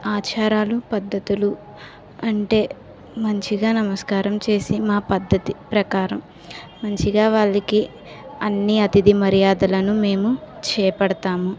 ఆచారాలు పద్ధతులు అంటే మంచిగా నమస్కారం చేసి మా పద్ధతి ప్రకారం మంచిగా వాళ్ళకి అన్ని అతిధి మర్యాదలను మేము చేపడతాము